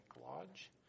Lodge